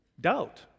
doubt